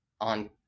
on